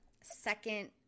second –